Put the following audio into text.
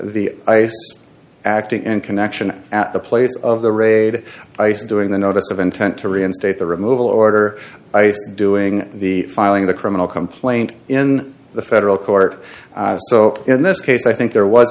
the ice acting in connection at the place of the raid ice doing the notice of intent to reinstate the removal order ice and doing the filing the criminal complaint in the federal court so in this case i think there was